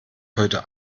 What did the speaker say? heute